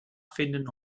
finden